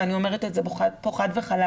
ואני אומרת את זה פה חד וחלק.